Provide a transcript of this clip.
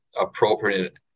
appropriate